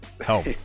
Help